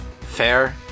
fair